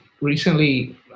recently